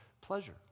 pleasure